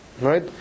right